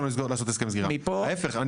ההיפך,